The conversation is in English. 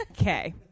okay